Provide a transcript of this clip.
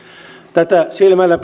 tätä silmällä